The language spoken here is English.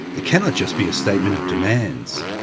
it cannot just be a statement of demands.